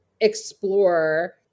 explore